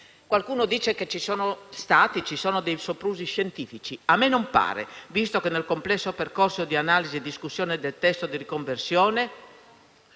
Qualcuno dice che ci sono stati e ci sono dei soprusi scientifici. A me non pare, visto che nel complesso percorso di analisi e discussione del testo di riconversione